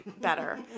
better